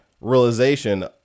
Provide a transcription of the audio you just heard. realization